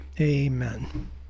Amen